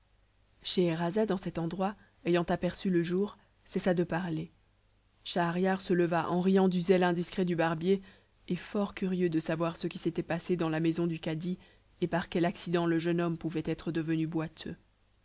scheherazade en cet endroit ayant aperçu le jour cessa de parler schahriar se leva en riant du zèle indiscret du barbier et fort curieux de savoir ce qui s'était passé dans la maison du cadi et par quel accident le jeune homme pouvait être devenu boiteux